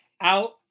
out